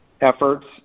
efforts